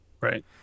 right